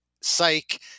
psych